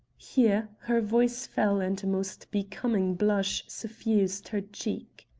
here her voice fell and a most becoming blush suffused her cheek.